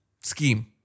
scheme